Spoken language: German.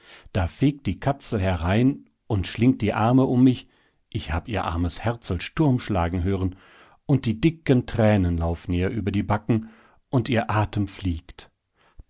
da fegt die katzel herein und schlingt die arme um mich ich hab ihr armes herzel sturm schlagen hören und die dicken tränen laufen ihr über die backen und ihr atem fliegt